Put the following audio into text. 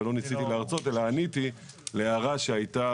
ולא ניסיתי להרצות אלא עניתי להערה שהייתה